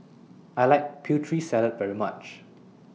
I like Putri Salad very much